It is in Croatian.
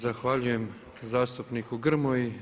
Zahvaljujem zastupniku Grmoji.